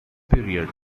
period